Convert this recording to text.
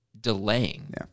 delaying